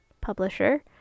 publisher